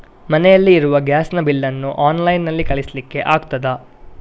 ಮನೆಯಲ್ಲಿ ಇರುವ ಗ್ಯಾಸ್ ನ ಬಿಲ್ ನ್ನು ಆನ್ಲೈನ್ ನಲ್ಲಿ ಕಳಿಸ್ಲಿಕ್ಕೆ ಆಗ್ತದಾ?